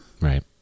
Right